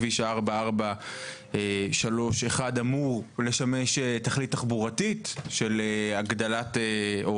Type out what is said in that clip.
כביש 4431 אמור לשמש תכלית תחבורתית של הגדלת או